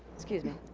excuse me